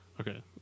Okay